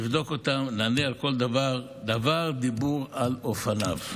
נבדוק אותם ונענה על כל דבר, דבר דבור על אופניו.